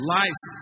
life